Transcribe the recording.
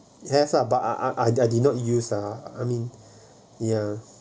you have lah but I I did not use ah I mean ya